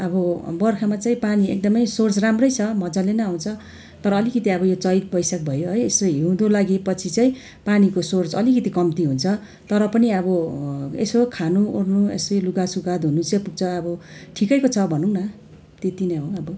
अब बर्खामा चाहिँ पानी एकदमै सोर्स राम्रै छ मजाले नै आउँछ तर अलिकति अब यो चैत बैशाख भयो है यसो हिउँदो लागेपछि चाहिँ पानीको सोर्स अलिकति कम्ती हुन्छ तर पनि अब यसो खानुओर्नु यसो लुगासुगा धुन चाहिँ पुग्छ अब ठिकैको छ भनौँ न त्यति नै हो अब